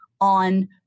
on